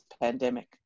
pandemic